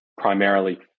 primarily